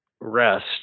rest